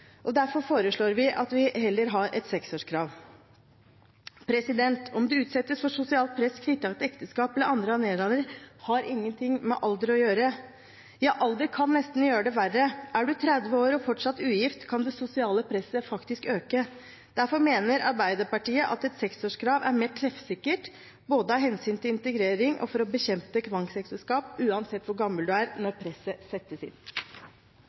for. Derfor foreslår vi at vi heller har et seksårskrav. Det å utsettes for sosialt press knyttet til ekteskap eller annet har ingenting med alder å gjøre. Ja, alder kan nesten gjøre det verre. Er man 30 år og fortsatt ugift, kan det sosiale presset faktisk øke. Derfor mener Arbeiderpartiet at et seksårskrav er mer treffsikkert, både av hensyn til integrering og for å bekjempe tvangsekteskap, uansett hvor gammel man er når presset settes inn.